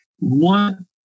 one